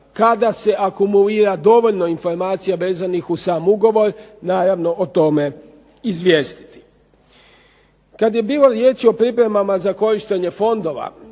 kada se akumulira dovoljno informacija vezanih uz sam ugovor naravno o tome izvijestiti. Kad je bilo riječi o pripremama za korištenje fondova,